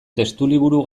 testuliburu